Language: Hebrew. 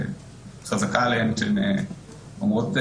שחזקה עליהן שהן אומרות,